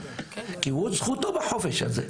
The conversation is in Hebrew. כי הוא זכותו בחופש הזה,